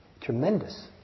tremendous